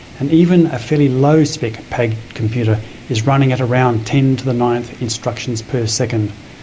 and even a fairly low spec pad computer is running at around ten to the ninth instructions per second.